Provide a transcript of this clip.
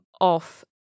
off